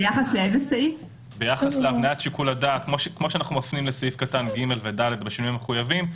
כמו שאנחנו מפנים לסעיפים (ג) ו-(ד) בשינויים המחויבים,